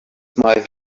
maith